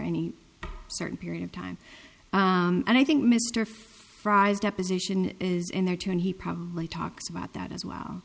any certain period of time and i think mr fry's deposition is in there too and he probably talks about that as well